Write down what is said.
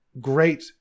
great